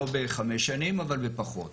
לא בחמש שנים, אבל בפחות.